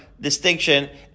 distinction